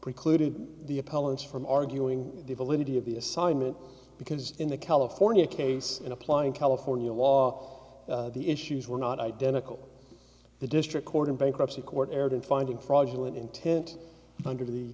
appellant's from arguing the validity of the assignment because in the california case in applying california law the issues were not identical the district court in bankruptcy court erred in finding fraudulent intent under the